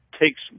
takes